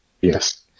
Yes